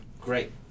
Great